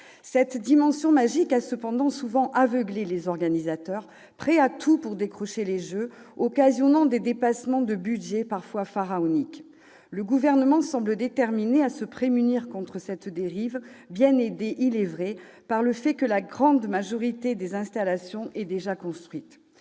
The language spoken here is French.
Cette dimension magique a cependant souvent aveuglé les organisateurs, prêts à tout pour décrocher les jeux, causant des dépassements de budget parfois pharaoniques. Le Gouvernement semble déterminé à se prémunir contre cette dérive, bien aidé, il est vrai, par le fait que la grande majorité des installations est déjà construite.